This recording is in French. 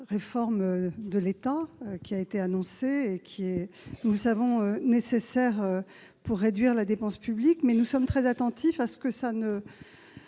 générale de l'État, qui a été annoncée et qui est nécessaire pour réduire la dépense publique. Néanmoins, nous sommes très attentifs à ce qu'elles